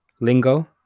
lingo